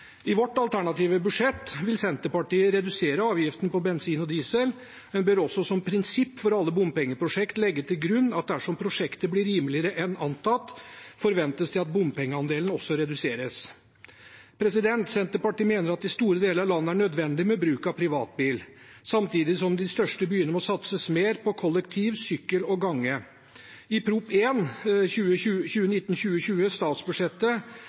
I vårt alternative budsjett vil Senterpartiet redusere avgiften på bensin og diesel, men en bør også som prinsipp for alle bompengeprosjekter legge til grunn at dersom prosjektet blir rimeligere enn antatt, forventes det at bompengeandelen også reduseres. Senterpartiet mener at det i store deler av landet er nødvendig med bruk av privatbil, samtidig som det i de største byene må satses mer på kollektiv, sykkel og gange. I Prop. 1 S for 2019–2020, statsbudsjettet,